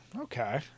Okay